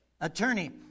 Attorney